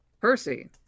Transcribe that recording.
Percy